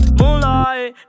moonlight